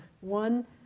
One